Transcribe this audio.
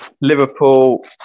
Liverpool